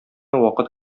вакыт